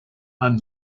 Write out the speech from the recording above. and